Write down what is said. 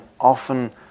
often